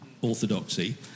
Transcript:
orthodoxy